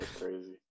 crazy